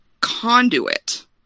conduit